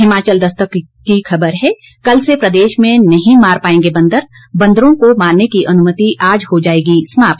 हिमाचल दस्तक की खबर है कल से प्रदेश में नहीं मार पाएंगे बंदर बदरों को मारने की अनुमति आज हो जाएगी समाप्त